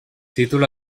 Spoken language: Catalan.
títol